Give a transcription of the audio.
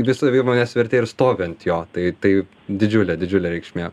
visa įmonės vertė ir stovi ant jo tai tai didžiulė didžiulė reikšmė